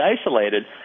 isolated